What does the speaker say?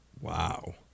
Wow